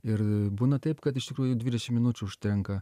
ir a būna taip kad iš tikrųjų dvidešimt minučių užtenka